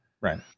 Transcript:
Right